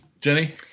Jenny